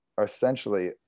essentially